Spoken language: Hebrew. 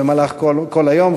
במהלך כל היום,